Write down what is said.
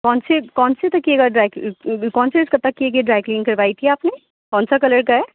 کون سے کون سے تکیے کا ڈرائی کون سے تکیے کی ڈرائی کلین کروائی تھی آپ نے کون سا کلر کا ہے